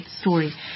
story